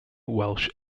welsh